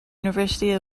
university